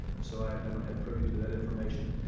so i don't have privy to that information.